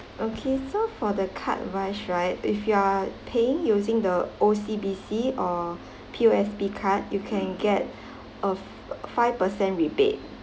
okay so for the card wise right if you are paying using the O_C_B_C or P_O_S_B card you can get a five percent rebate